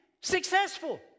successful